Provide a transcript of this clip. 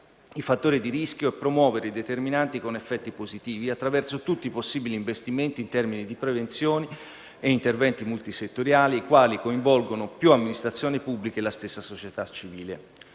i fattori di rischio e promuovere i determinanti con effetti positivi, attraverso tutti i possibili investimenti in termini di prevenzione e in interventi multisettoriali, i quali coinvolgono più amministrazioni pubbliche e la stessa società civile.